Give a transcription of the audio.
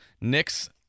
Knicks